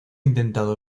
intentado